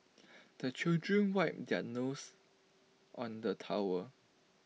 the children wipe their nose on the towel